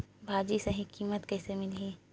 भाजी सही कीमत कइसे मिलही?